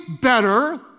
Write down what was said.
better